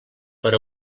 per